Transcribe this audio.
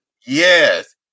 Yes